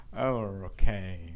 okay